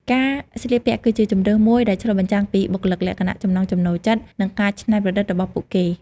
ការស្លៀកពាក់គឺជាជម្រើសមួយដែលឆ្លុះបញ្ចាំងពីបុគ្គលិកលក្ខណៈ ចំណង់ចំណូលចិត្ត និងការច្នៃប្រឌិតរបស់ពួកគេ។